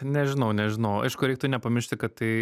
nežinau nežinau aišku reiktų nepamiršti kad tai